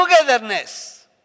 togetherness